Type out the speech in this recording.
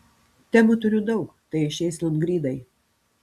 temų turiu daug tai išeis longrydai